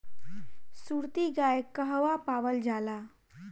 सुरती गाय कहवा पावल जाला?